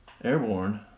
Airborne